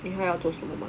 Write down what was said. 你还要做什么吗